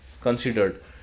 considered